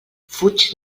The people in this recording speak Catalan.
fuig